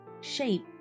shape